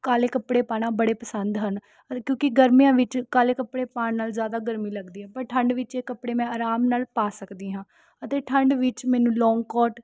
ਕਾਲੇ ਕੱਪੜੇ ਪਾਉਣਾ ਬੜੇ ਪਸੰਦ ਹਨ ਅ ਕਿਉਂਕਿ ਗਰਮੀਆਂ ਵਿੱਚ ਕਾਲੇ ਕੱਪੜੇ ਪਾਉਣ ਨਾਲ ਜ਼ਿਆਦਾ ਗਰਮੀ ਲੱਗਦੀ ਆ ਪਰ ਠੰਢ ਵਿੱਚ ਇਹ ਕੱਪੜੇ ਮੈਂ ਆਰਾਮ ਨਾਲ ਪਾ ਸਕਦੀ ਹਾਂ ਅਤੇ ਠੰਢ ਵਿੱਚ ਮੈਨੂੰ ਲੌਂਗ ਕੋਟ